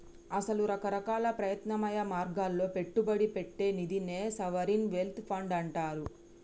అసల రకరకాల ప్రత్యామ్నాయ మార్గాల్లో పెట్టుబడి పెట్టే నిదినే సావరిన్ వెల్త్ ఫండ్ అంటారు